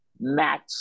match